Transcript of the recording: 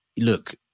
look